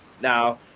Now